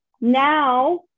Now